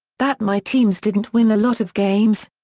that my teams didn't win a lot of games?